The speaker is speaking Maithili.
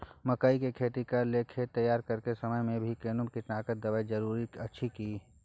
मकई के खेती कैर लेल खेत तैयार करैक समय मे भी कोनो कीटनासक देबै के जरूरी अछि की?